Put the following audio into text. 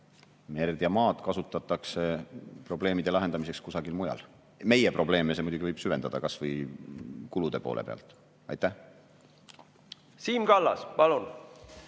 merd ja maad kasutatakse probleemide lahendamiseks kusagil mujal. Meie probleeme see muidugi võib süvendada, kas või kulude poole pealt. Siim Kallas, palun!